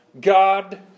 God